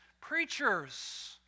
preachers